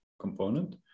component